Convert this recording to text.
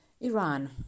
Iran